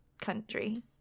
country